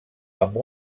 amb